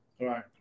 right